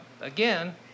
again